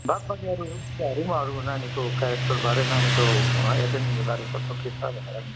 बात बाँकी अरू कुराहरू अनि नानीको क्यारेक्टरबारे नानीको एटेन्डेन्सबारे कस्तो के छ भनेर नि